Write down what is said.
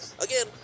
again